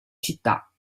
città